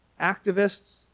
activists